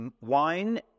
wine